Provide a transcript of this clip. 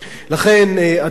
לכן, אדוני,